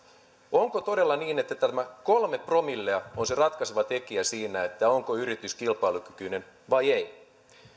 onko todella niin että tämä kolme promillea on se ratkaiseva tekijä siinä onko yritys kilpailukykyinen vai ei